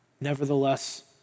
Nevertheless